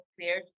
clear